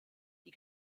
die